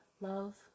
love